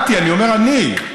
אני אומר: אני,